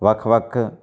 ਵੱਖ ਵੱਖ